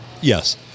Yes